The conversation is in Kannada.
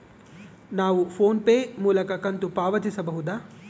ನಾವು ಫೋನ್ ಪೇ ಮೂಲಕ ಕಂತು ಪಾವತಿಸಬಹುದಾ?